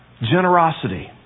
generosity